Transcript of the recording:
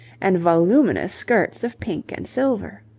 and voluminous skirts of pink and silver.